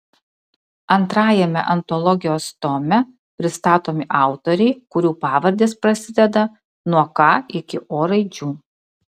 antrajame antologijos tome pristatomi autoriai kurių pavardės prasideda nuo k iki o raidžių